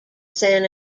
san